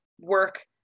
Work